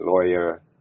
lawyer